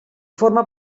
forma